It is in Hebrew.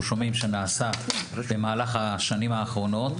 שומעים שנעשה במהלך השנים האחרונות.